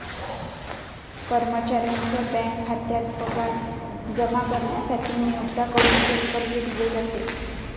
कर्मचाऱ्याच्या बँक खात्यात पगार जमा करण्यासाठी नियोक्त्याकडून थेट कर्ज दिले जाते